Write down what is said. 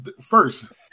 First